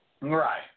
right